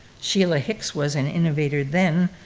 sheila hicks was an innovator then,